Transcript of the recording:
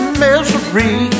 misery